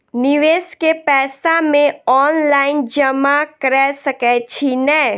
निवेश केँ पैसा मे ऑनलाइन जमा कैर सकै छी नै?